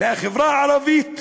מהחברה הערבית.